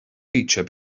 feature